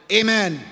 amen